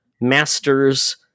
masters